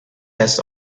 best